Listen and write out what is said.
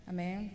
Amen